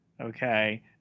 okay